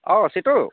অ Jitu